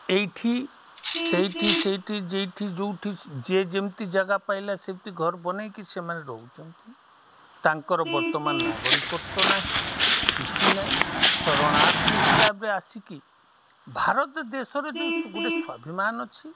ଏଇଠି ସେଇଠି ସେଇଠି ଯେଇଠି ଯେଉଁଠି ଯେ ଯେମିତି ଜାଗା ପାଇଲା ସେମିତି ଘର ବନେଇକି ସେମାନେ ରହୁଛନ୍ତି ତାଙ୍କର ବର୍ତ୍ତମାନ ନାଗରିକତ୍ଵ ନାହିଁ କିଛି ନାହିଁ ଶରଣାର୍ଥୀ ହିସାବରେ ଆସିକି ଭାରତ ଦେଶରେ ଯେଉଁ ଗୋଟେ ସ୍ୱାଭିିମାନ ଅଛି